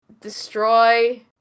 Destroy